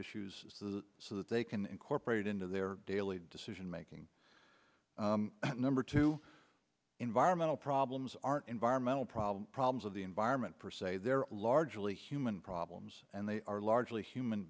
issues so that they can incorporate into their daily decision making number two environmental problems aren't environmental problems problems of the environment for say they're largely human problems and they are largely human